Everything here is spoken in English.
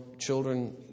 children